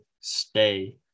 stay